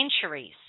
centuries